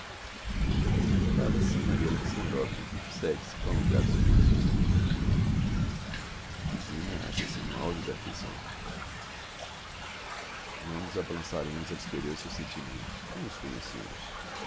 cala se maria alexandrovna segue-se prolongado silencio a zina acha-se no auge da afflicção não nos abalançaremos a descrever os seus sentimentos não os conhecemos